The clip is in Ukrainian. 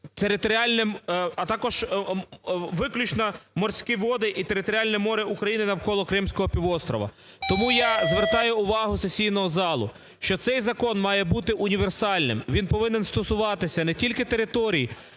а також виключно морські води і територіальне море України навколо Кримського півострова. Тому я звертаю увагу сесійного залу, що цей закон має бути універсальним. Він повинен стосуватись не тільки територій